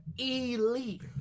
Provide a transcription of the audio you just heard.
Elite